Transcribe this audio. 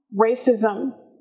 racism